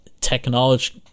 technology